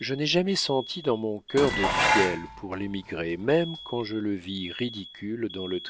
je n'ai jamais senti dans mon cœur de fiel pour l'émigré même quand je le vis ridicule dans le